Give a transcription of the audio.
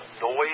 noise